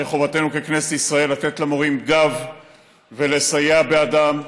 שחובתנו ככנסת ישראל לתת למורים גב ולסייע בעדם,